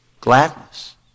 gladness